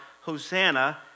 Hosanna